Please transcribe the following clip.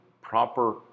proper